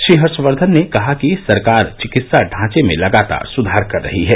श्री हर्षवर्धन ने कहा कि सरकार चिकित्सा ढांचे में लगातार सुधार कर रही है